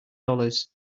dollars